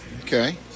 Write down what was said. Okay